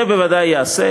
זה בוודאי ייעשה.